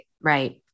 Right